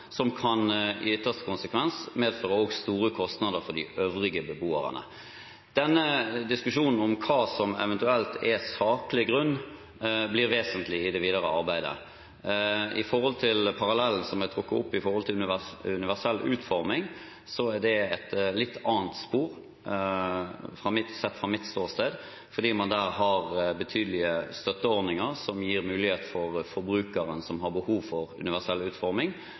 som kan – i ytterste konsekvens – medføre store kostnader også for de øvrige beboerne. Denne diskusjonen om hva som eventuelt er saklig grunn, blir vesentlig i det videre arbeidet. Når det gjelder parallellen til universell utforming, som er trukket fram, er det et litt annet spor, sett fra mitt ståsted, for der har man betydelige støtteordninger som gjør at forbrukeren som har behov for universell utforming,